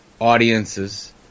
audiences